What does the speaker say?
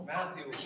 Matthew